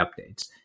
updates